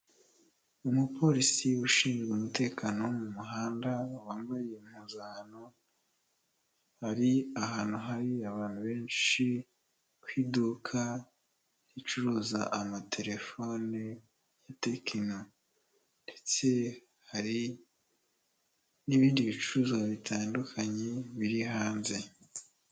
Umupolisi ushinzwe umutekano wo mu muhanda, wambaye impuzankano, ari ahantu hari abantu benshi ku iduka ricuruza amatelefoni ya tekino, ndetse hari n'ibindi bicuruzwa bitandukanye biri hanze.